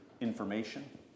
information